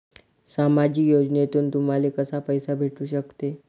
सामाजिक योजनेतून तुम्हाले कसा पैसा भेटू सकते?